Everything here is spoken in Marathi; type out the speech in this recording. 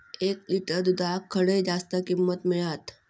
एक लिटर दूधाक खडे जास्त किंमत मिळात?